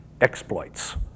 exploits